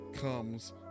comes